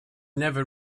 never